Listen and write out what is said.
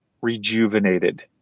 rejuvenated